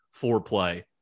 foreplay